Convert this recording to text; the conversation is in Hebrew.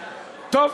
טוב,